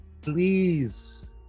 please